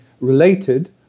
related